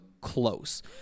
close